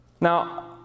Now